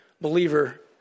Believer